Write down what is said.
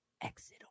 Exit